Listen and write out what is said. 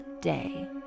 day